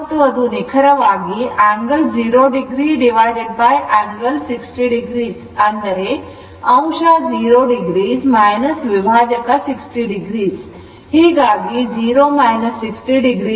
ಮತ್ತು ಅದು ನಿಖರವಾಗಿ angle 0 oangle 60 o ಅಂದರೆ ಅಂಶ 0 o ವಿಭಾಜಕ 60 o ಹೀಗಾಗಿ 0 o 60 o angle 60 o